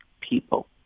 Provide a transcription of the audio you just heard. people